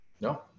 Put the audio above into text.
No